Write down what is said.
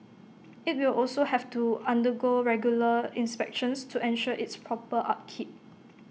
IT will also have to undergo regular inspections to ensure its proper upkeep